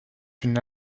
une